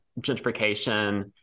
gentrification